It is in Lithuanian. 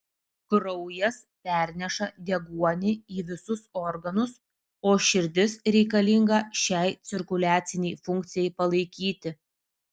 kraujas perneša deguonį į visus organus o širdis reikalinga šiai cirkuliacinei funkcijai palaikyti